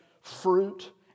fruit